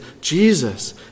Jesus